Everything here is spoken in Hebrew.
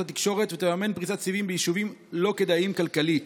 התקשורת ותממן פריסת סיבים ביישובים לא כדאיים כלכלית,